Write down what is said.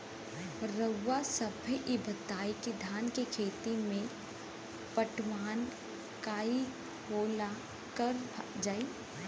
रउवा सभे इ बताईं की धान के खेती में पटवान कई हाली करल जाई?